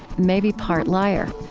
maybe part liar,